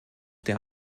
der